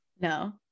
No